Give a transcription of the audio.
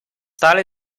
tale